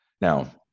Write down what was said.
Now